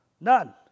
None